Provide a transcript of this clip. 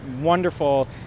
wonderful